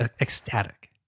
ecstatic